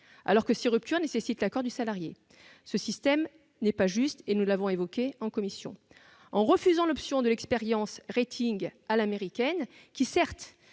alors que ces ruptures nécessitent l'accord du salarié. Ce système n'est pas juste, nous l'avons dit en commission. En refusant l'option de l'à l'américaine, qui était